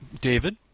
David